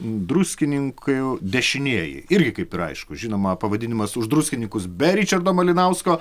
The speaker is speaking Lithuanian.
druskininkų dešinieji irgi kaip ir aišku žinoma pavadinimas už druskininkus be ričardo malinausko